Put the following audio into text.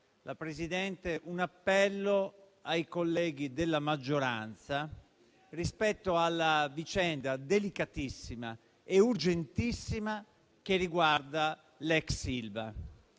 la Presidente, anche un appello ai colleghi della maggioranza rispetto alla vicenda delicatissima e urgentissima che riguarda l'ex Ilva.